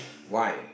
why